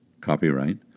Copyright